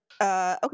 Okay